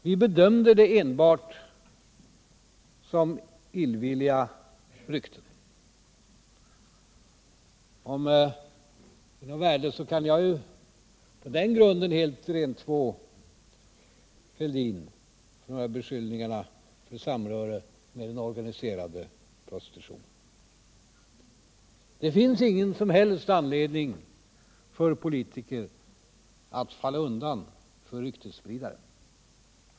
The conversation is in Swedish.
Vi bedömde dem enbart som illvilliga rykten. Om det är av något värde, kan jag på den grunden helt rentvå Thorbjörn Fälldin från beskyllningarna för samröre med den organiserade prostitutionen. Det finris ingen som helst anledning för politiker att falla undan för ryktesspridare.